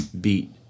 Beat